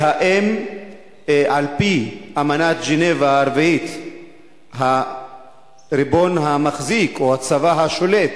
האם על-פי אמנת ז'נבה הרביעית הריבון המחזיק או הצבא השולט